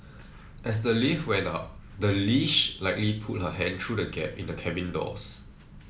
as the lift went up the leash likely pulled her hand through the gap in the cabin doors